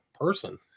person